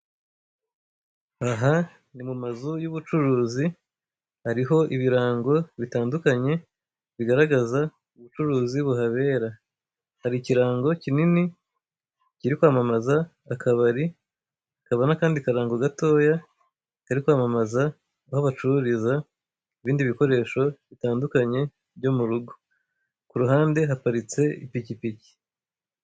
Aha ni mu mazu y'ubucuruzi hariho ibirango bitandukanye bigaragaza ubucuruzi buhabera, hari ikirango kinini kiri kwamamaza akabari, hakaba nakandi karango gatoya kari kwamamaza aho bacururiza ibindi bikoresho bitandukanye byo mu rugo, ku ruhande haparitse ipikipiki.